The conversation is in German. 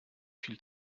viel